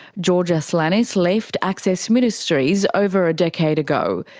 george ah aslanis left access ministries over a decade ago,